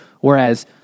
Whereas